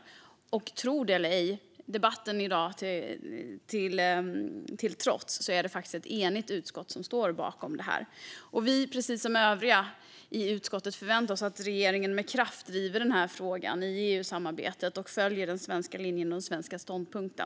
Subsidiaritetsprövning av kommissionens förslag till direktiv om tillräckliga minimi-löner i Europeiska unionen Tro det eller ej, debatten i dag till trots, är det faktiskt ett enigt utskott som står bakom utlåtandet. Vi, precis som övriga i utskottet, förväntar oss att regeringen med kraft driver frågan i EU-samarbetet och följer den svenska linjen och den svenska ståndpunkten.